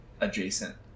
adjacent